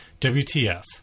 WTF